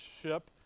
ship